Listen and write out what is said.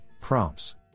prompts